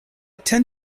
tend